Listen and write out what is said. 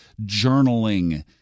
Journaling